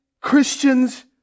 Christians